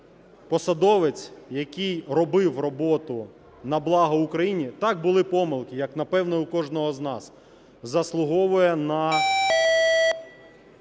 посадовець, який робив роботу на благо Україні, так, були помилки, як напевно, в кожного з нас, заслуговує на